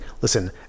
listen